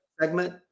segment